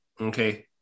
Okay